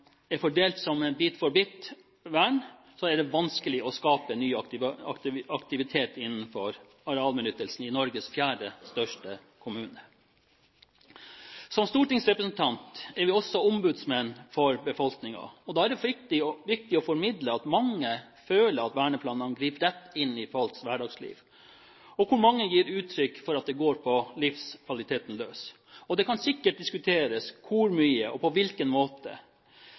er fordelt som bit-for-bit-vern, er det vanskelig å skape nye aktiviteter innenfor arealbenyttelsen i Norges fjerde største kommune. Som stortingsrepresentanter er vi også ombudsmenn for befolkningen, og da er det viktig å formidle at mange føler at verneplanene griper rett inn i folks hverdagsliv, og mange gir uttrykk for at det går på livskvaliteten løs. Det kan sikkert diskuteres hvor mye og på hvilken måte.